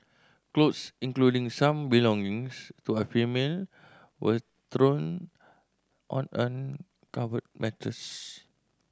clothes including some belongings to a female were strewn on uncovered matters